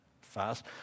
fast